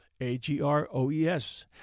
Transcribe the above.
A-G-R-O-E-S